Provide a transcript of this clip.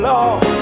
Lord